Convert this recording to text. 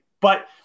but-